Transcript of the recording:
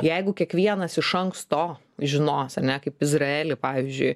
jeigu kiekvienas iš anksto žinos ar ne kaip izraely pavyzdžiui